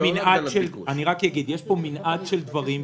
יש פה מנעד של דברים.